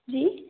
जी